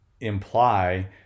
imply